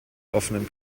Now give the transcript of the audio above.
offenen